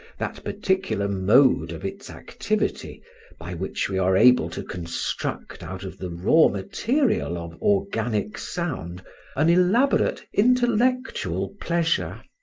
that particular mode of its activity by which we are able to construct out of the raw material of organic sound an elaborate intellectual pleasure.